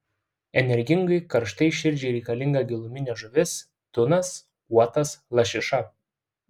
energingai karštai širdžiai reikalinga giluminė žuvis tunas uotas lašiša